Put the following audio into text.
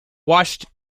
washed